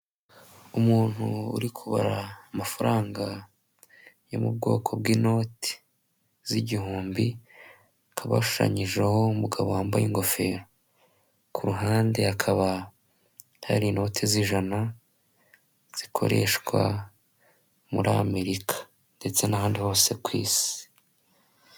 Umuntu uri kubara amafaranga yo mu bwoko bw'inoti z'igihumbi hakaba abashanyijeho umugabo wambaye ingofero, kuruhande akaba hari inoti z'ijana zikoreshwa muri Amerika ndetse n'ahandi hose ku isi.